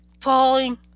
falling